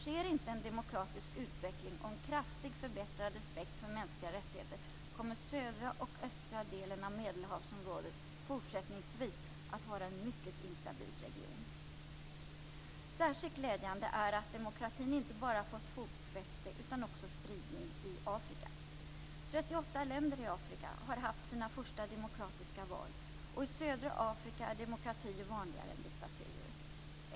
Sker inte en demokratisk utveckling och en kraftigt förbättrad respekt för mänskliga rättigheter kommer södra och östra delen av Medelhavsområdet fortsättningvis att vara en mycket instabil region. Särskilt glädjande är att demokratin inte bara fått fotfäste utan också spridning i Afrika. 38 länder i Afrika har haft sina första demokratiska val, och i södra Afrika är demokratier vanligare än diktaturer.